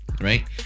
right